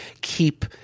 keep